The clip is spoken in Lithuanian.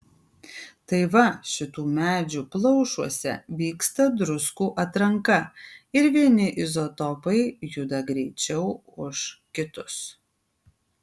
tai va šitų medžių plaušuose vyksta druskų atranka ir vieni izotopai juda greičiau už kitus